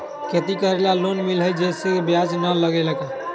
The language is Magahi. खेती करे ला लोन मिलहई जे में ब्याज न लगेला का?